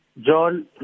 John